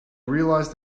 realised